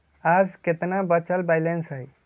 आज केतना बचल बैलेंस हई?